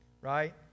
right